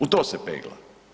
U to se pegla.